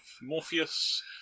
Morpheus